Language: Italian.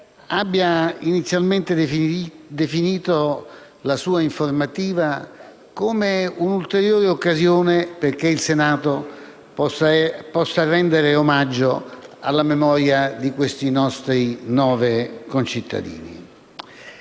abbia inizialmente definito la sua informativa come una ulteriore occasione perché il Senato possa rendere omaggio alla memoria di questi nostri nove concittadini.